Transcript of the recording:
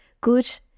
good